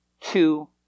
Two